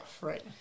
right